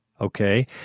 Okay